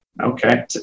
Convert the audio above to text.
Okay